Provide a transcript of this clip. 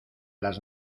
las